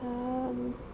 hello